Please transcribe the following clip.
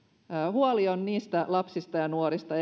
huoli on erityisesti niistä lapsista ja nuorista